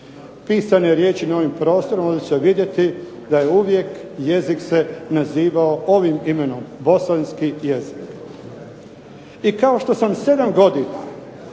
pisane riječi na ovim prostorima onda ćete vidjeti da je uvijek jezik se nazivao ovim imenom bosanski jezik. I kao što sam 7 godina